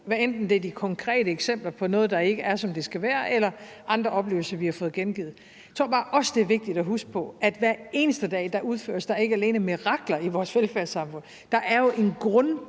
hvad enten det er de konkrete eksempel på noget, der ikke er, som det skal være, eller andre oplevelser, vi har fået gengivet. Jeg tror bare også, det er vigtigt at huske på, at hver eneste dag udføres der ikke alene mirakler i vores velfærdssamfund; der er jo en grunddrift